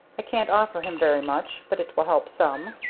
i can't offer him very much, but it will help some.